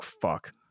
fuck